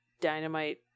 dynamite